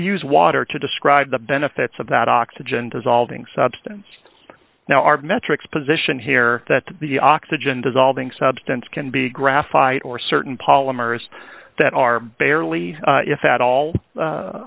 use water to describe the benefits of that oxygen dissolving substance now are metrics position here that the oxygen dissolving substance can be graphite or certain polymers that are barely if at all